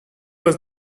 was